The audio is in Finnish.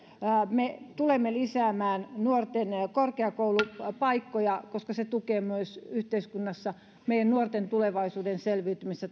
me tulemme lisäämään nuorten korkeakoulupaikkoja koska myös se tukee yhteiskunnassa meidän nuortemme tulevaisuuden selviytymistä